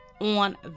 on